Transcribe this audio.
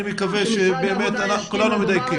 אני מקווה שבאמת כולנו מדייקים.